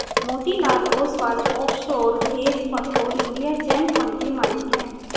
Motilal Oswal offshore hedge fund और India Zen fund के मालिक हैं